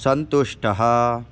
सन्तुष्टः